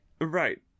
Right